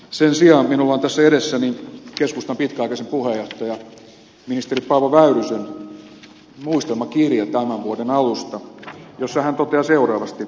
sen sijaan minulla on tässä edessäni keskustan pitkäaikaisen puheenjohtajan ministeri paavo väyrysen muistelmakirja tämän vuoden alusta jossa hän toteaa seuraavasti